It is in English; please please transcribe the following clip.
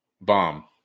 bomb